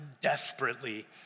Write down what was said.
desperately